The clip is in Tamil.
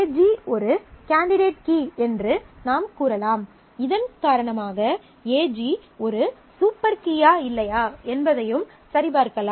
AG ஒரு கேண்டிடேட் கீ என்று நாம் கூறலாம் இதன் காரணமாக AG ஒரு சூப்பர் கீயா இல்லையா என்பதையும் சரிபார்க்கலாம்